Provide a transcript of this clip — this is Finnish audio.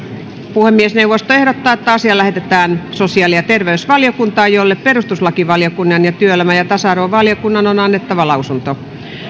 puhemiesneuvosto ehdottaa että asia lähetetään sosiaali ja terveysvaliokuntaan jolle perustuslakivaliokunnan ja työelämä ja ja tasa arvovaliokunnan on annettava lausunto